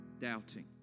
doubting